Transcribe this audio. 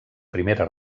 primera